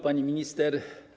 Pani Minister!